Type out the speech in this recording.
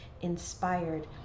inspired